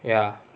ya